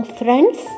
friends